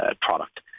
product